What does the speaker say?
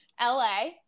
LA